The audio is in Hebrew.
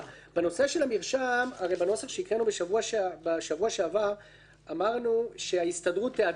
הרי בנוסח שהקראנו בשבוע שעבר אמרנו שההסתדרות תעדכן את